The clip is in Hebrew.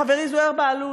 חברי זוהיר בהלול,